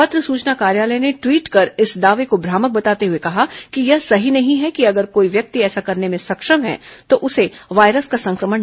पत्र सूचना कार्यालय ने टवीट कर इस दावे को भ्रामक बताते हुए कहा है कि यह सही नहीं है कि अगर कोई व्यक्ति ऐसा करने में सक्षम है तो उसे वायरस का संक्रमण नहीं है